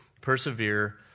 persevere